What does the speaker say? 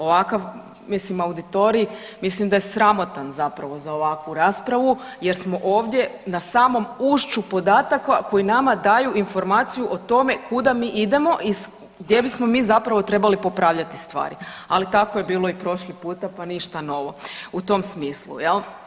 Ovakav mislim auditorij mislim da je sramotan zapravo za ovakvu raspravu jer smo ovdje na samom ušću podataka koji nama daju informaciju o tome kuda mi idemo i gdje bismo mi zapravo trebali popravljati stvari, ali tako je bilo i prošli puta, pa ništa novo u tom smislu jel.